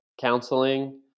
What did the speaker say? counseling